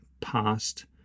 past